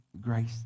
grace